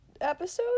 episodes